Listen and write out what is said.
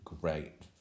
great